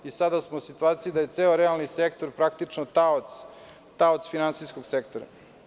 Sada smo u situaciji da je ceo realni sektor praktično taoc finansijskog sektora.